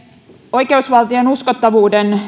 oikeusvaltion uskottavuuden